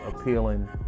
appealing